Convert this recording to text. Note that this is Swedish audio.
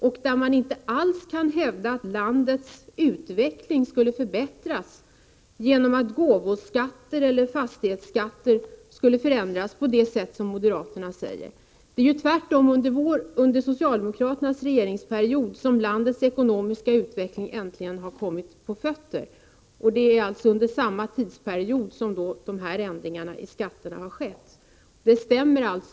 Det kan ju inte alls hävdas att landets utveckling skulle främjas av att man förändrar gåvoskatter eller fastighetsskatter på det sätt som moderaterna vill göra. Det är tvärtom under socialdemokraternas regeringsperiod som landets ekonomiska utveckling äntligen har kommit i gång, alltså under samma tidsperiod som de ändringar av skatterna har skett som Görel Bohlin tycker så illa om.